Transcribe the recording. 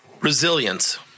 Resilience